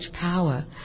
power